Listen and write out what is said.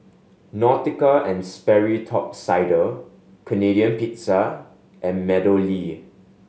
Nautica and Sperry Top Sider Canadian Pizza and MeadowLea